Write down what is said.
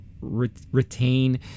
retain